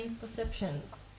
perceptions